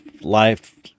life